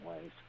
ways